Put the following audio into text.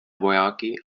vojáky